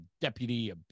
deputy